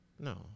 No